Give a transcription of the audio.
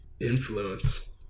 Influence